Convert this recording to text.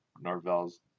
Norvell's